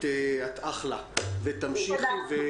את אחלה, ותמשיכי.